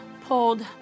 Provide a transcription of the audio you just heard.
pulled